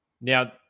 Now